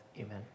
Amen